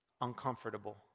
Uncomfortable